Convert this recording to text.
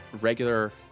regular